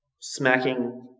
Smacking